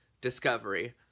discovery